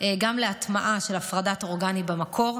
גם להטמעה של הפרדת אורגני במקור,